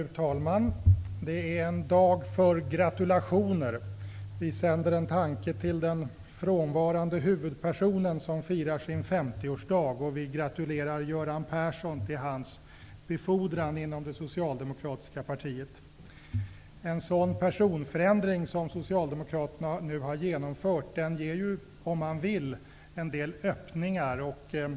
Fru talman! Detta är en dag för gratulationer. Vi sänder en tanke till den frånvarande huvudpersonen, som firar sin 50-årsdag, och vi gratulerar Göran Persson till hans befordran inom det socialdemokratiska partiet. En sådan personförändring som Socialdemokraterna nu har genomfört ger ju, om man så vill, en del öppningar.